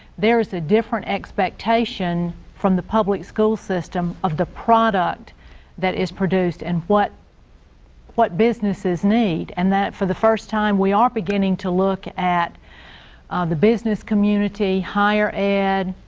there is a different expectation from the public school system of the product that is produced and what what businesses need. and that for the first time we are beginning to look at the business community, higher ed,